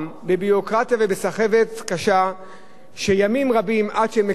שעוברים ימים רבים עד שהם מקבלים את התגובה ואת ה-input של כיבוי אש.